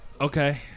Okay